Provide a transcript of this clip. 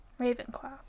Ravenclaw